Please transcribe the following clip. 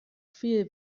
viel